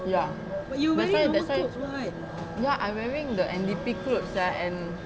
ya that's why that's why ya I wearing the N_D_P clothes sia and